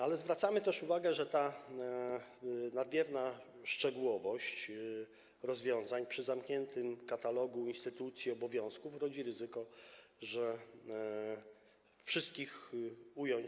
Ale zwracamy też uwagę, że ta nadmierna szczegółowość rozwiązań przy zamkniętym katalogu instytucji i obowiązków rodzi ryzyko, że nie da się wszystkich ująć.